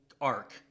arc